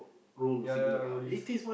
ya ya all these